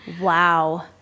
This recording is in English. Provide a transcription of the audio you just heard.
Wow